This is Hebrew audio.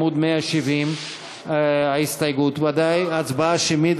זה בעמוד 170. הצבעה שמית,